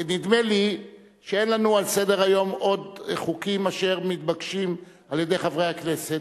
נדמה לי שאין לנו על סדר-היום עוד חוקים אשר מתבקשים על-ידי חברי הכנסת,